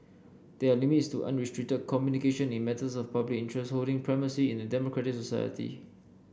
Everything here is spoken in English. there are limits to unrestricted communication in matters of public interest holding primacy in a democratic society